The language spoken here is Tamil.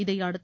இதையடுத்து